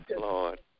Lord